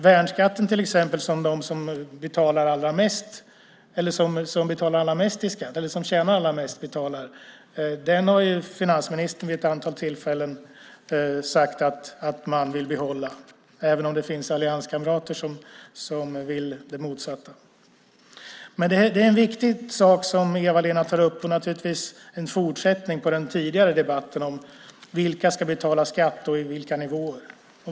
Värnskatten, till exempel, som de som tjänar allra mest betalar, har ju finansministern vid ett antal tillfällen sagt att man vill behålla, även om det finns allianskamrater som vill det motsatta. Men det är en viktig sak som Eva-Lena tar upp, och det är naturligtvis en fortsättning på den tidigare debatten om vilka som ska betala skatt och i vilka nivåer.